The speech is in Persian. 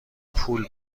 پول